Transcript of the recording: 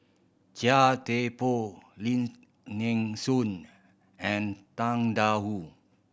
Chia Thye Poh Lim Nee Soon and Tang Da Wu